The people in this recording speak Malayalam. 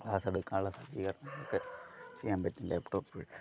ക്ലാസ് എടുക്കാനുള്ള സജീകരണങ്ങൾ ഒക്കെ ചെയ്യാൻ പറ്റും ലാപ്ടോപ്പ് വഴി